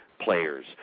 players